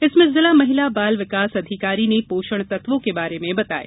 इसमें जिला महिला बाल विकास अधिकारी ने पोषक तत्वों के बारे में बताया